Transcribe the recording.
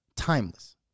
timeless